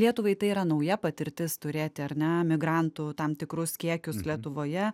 lietuvai tai yra nauja patirtis turėti ar ne migrantų tam tikrus kiekius lietuvoje